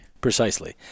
Precisely